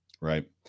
Right